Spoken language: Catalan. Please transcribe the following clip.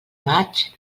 maig